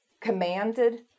commanded